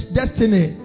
destiny